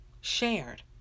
shared